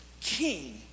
king